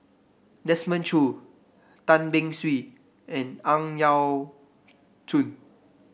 Desmond Choo Tan Beng Swee and Ang Yau Choon